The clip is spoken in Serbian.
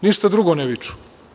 Ništa drugo ne viču.